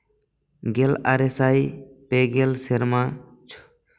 ᱜᱮᱞ ᱟᱨᱮᱥᱟᱭ ᱯᱮ ᱜᱮᱞ ᱥᱮᱨᱢᱟ